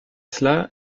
cela